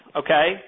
okay